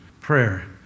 prayer